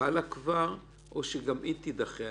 חלה או שגם היא תידחה?